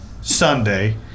Sunday